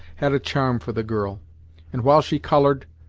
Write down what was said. had a charm for the girl and while she colored,